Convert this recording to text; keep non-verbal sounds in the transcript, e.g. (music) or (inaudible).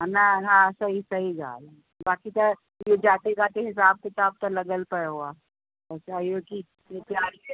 न हा सही सही ॻाल्हि बाक़ी त इहो किते किथे हिसाबु किताबु त लॻियल पियो आहे अच्छा इहो कि (unintelligible)